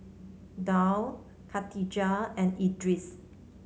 Daud Khatijah and Idris